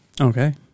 Okay